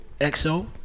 XO